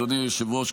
אדוני היושב-ראש,